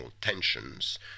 tensions